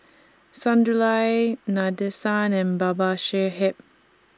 Sunderlal Nadesan and Babasaheb